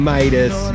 Midas